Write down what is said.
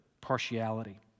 partiality